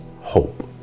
hope